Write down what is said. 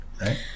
right